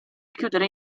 chiudere